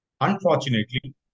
Unfortunately